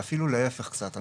ואפילו להיפך קצת,